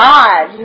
God